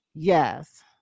yes